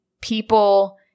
people